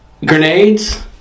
Grenades